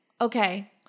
okay